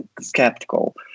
skeptical